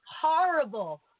horrible